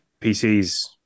pcs